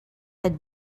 had